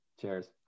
Cheers